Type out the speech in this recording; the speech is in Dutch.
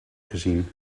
gezien